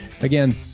Again